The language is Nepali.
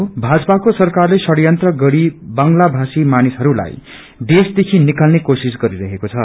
भाजपाको सरकारले षड्यंत्र गरी बंगला भाषी मानिसहरूलाई देशदेखि ेनकाल्ने कोशिश गरिरहेको छ